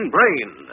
Brain